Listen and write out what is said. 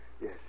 Yes